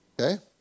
okay